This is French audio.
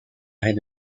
arrêts